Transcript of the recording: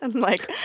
and like,